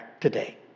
today